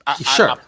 Sure